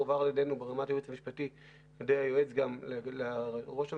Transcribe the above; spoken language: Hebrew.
הובהר על ידינו ברמת הייעוץ המשפטי על ידי היועץ גם לראש הממשלה,